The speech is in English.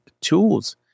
tools